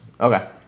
Okay